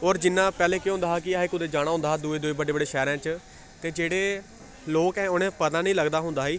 होर जि'यां पैह्लें केह् होंदा हा कि असें कुतै जाना होंदा हा दुए दुए बड्डे बड्डे शैह्रें च ते जेह्ड़े लोक ऐं उ'नें पता निं लगदा होंदा हा